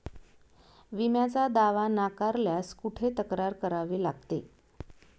विम्याचा दावा नाकारल्यास कुठे तक्रार करावी लागते?